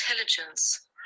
intelligence